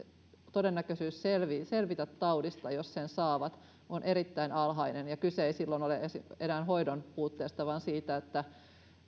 todennäköisyys selvitä selvitä taudista jos sen saavat on erittäin alhainen ja kyse ei silloin ole enää hoidon puutteesta vaan siitä että